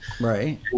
right